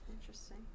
Interesting